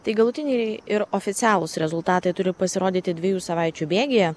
tai galutiniai ir oficialūs rezultatai turi pasirodyti dviejų savaičių bėgyje